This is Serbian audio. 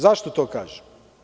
Zašto to kažem?